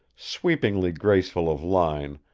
sweepingly graceful of line,